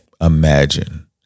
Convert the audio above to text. imagine